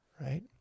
right